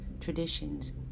traditions